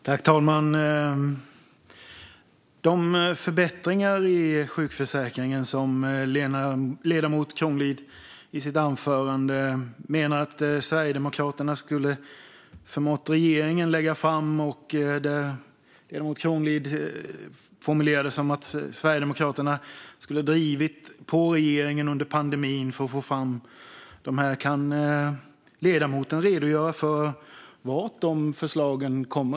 Fru talman! Jag undrar över de förbättringar i sjukförsäkringen som ledamoten Kronlid i sitt anförande menade att Sverigedemokraterna skulle ha förmått regeringen att lägga fram. Ledamoten Kronlid formulerade det som att Sverigedemokraterna skulle ha drivit på regeringen under pandemin för att få fram dem. Kan ledamoten redogöra för varifrån de förslagen kommer?